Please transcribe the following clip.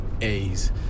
a's